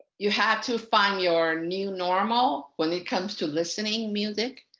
you have to find your new normal when it comes to listening music.